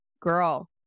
Girl